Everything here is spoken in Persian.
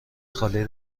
خالی